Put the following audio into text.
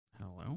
Hello